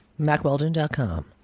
MacWeldon.com